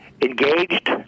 engaged